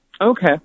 Okay